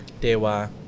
Dewa